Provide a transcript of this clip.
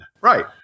Right